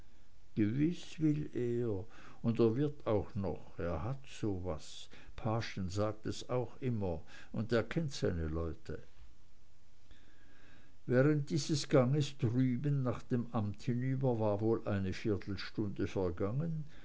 gewiß will er und er wird auch noch er hat so was paaschen sagt es auch immer und er kennt seine leute während dieses ganges drüben nach dem amt hinüber war wohl eine viertelstunde vergangen